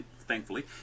thankfully